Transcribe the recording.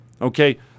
okay